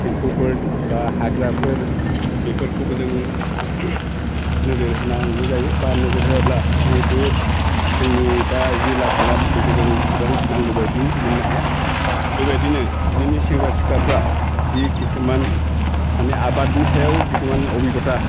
एम्फौफोर बा हाग्राफोर बेफोरखौबो जों नोजोर होनांगौ जायो बा नोजोर होयाब्ला जिहेथु जोंनि बा जि लाबा लाब बेखौ जों एसेबां नांगौबायदि मोननो हाया बेबायदिनो दिनैनि सेंग्रा सिख्लाफ्रा जि किसुमान माने आबादनि सायाव किसुमान अबिगथा